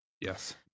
Yes